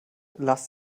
lass